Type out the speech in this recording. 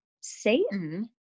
Satan